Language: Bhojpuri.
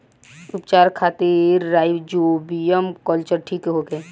उपचार खातिर राइजोबियम कल्चर ठीक होखे?